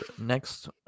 next